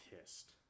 pissed